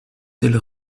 telle